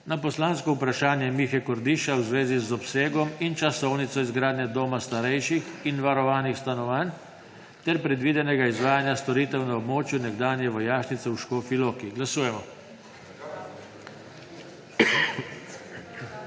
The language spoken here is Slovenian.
na poslansko vprašanje Mihe Kordiša v zvezi z obsegom in časovnico izgradnje doma starejših in varovanih stanovanj ter predvidenega izvajanja storitev na območju nekdanje vojašnice v Škofji Loki. Glasujemo.